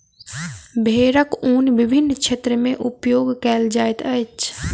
भेड़क ऊन विभिन्न क्षेत्र में उपयोग कयल जाइत अछि